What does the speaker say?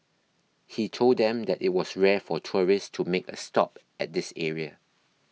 he told them that it was rare for tourists to make a stop at this area